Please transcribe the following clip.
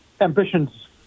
ambitions